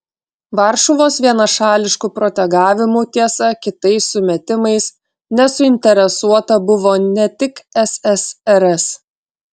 varšuvos vienašališku protegavimu tiesa kitais sumetimais nesuinteresuota buvo ne tik ssrs